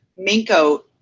Minko